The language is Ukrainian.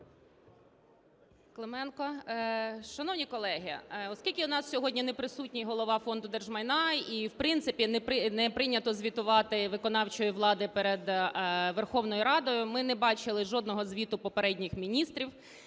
Клименко. Шановні колеги, оскільки у нас сьогодні не присутній Голова Фонду держмайна і, в принципі, не прийнято звітувати виконавчою владою перед Верховною Радою, ми не бачили жодного звіту попередніх міністрів,